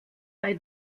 bei